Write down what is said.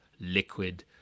liquid